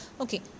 Okay